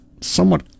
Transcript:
somewhat